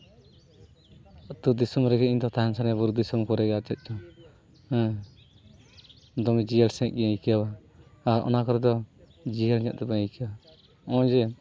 ᱟᱛᱳ ᱫᱤᱥᱚᱢ ᱨᱮᱜᱮ ᱤᱧ ᱫᱚ ᱛᱟᱦᱮᱱ ᱥᱟᱱᱟᱧᱟ ᱵᱩᱨᱩ ᱫᱤᱥᱚᱢ ᱠᱚᱨᱮ ᱜᱮ ᱟᱨ ᱪᱮᱫ ᱪᱚᱝ ᱦᱮᱸ ᱫᱚᱢᱮ ᱡᱤᱭᱟᱹᱲ ᱥᱟᱺᱦᱤᱡ ᱜᱮᱧ ᱟᱹᱭᱠᱟᱹᱣᱟ ᱟᱨ ᱚᱱᱟ ᱠᱚᱨᱮ ᱫᱚ ᱡᱤᱭᱟᱹᱲ ᱧᱚᱜ ᱫᱚ ᱵᱟᱹᱧ ᱟᱹᱭᱠᱟᱹᱣᱟ ᱦᱚᱜᱼᱚᱭ ᱡᱮ